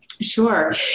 Sure